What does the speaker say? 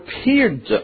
appeared